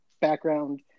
background